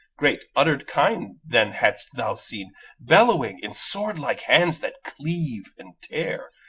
great uddered kine then hadst thou seen bellowing in sword-like hands that cleave and tear,